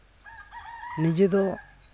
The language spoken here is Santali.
ᱱᱤᱡᱮ ᱫᱚ